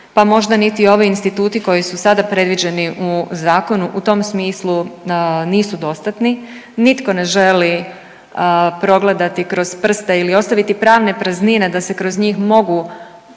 pa možda niti ovi instituti koji su sada predviđeni u zakonu u tom smislu nisu dostatni. Nitko ne želi progledati kroz prste ili ostaviti pravne praznine da se kroz njih mogu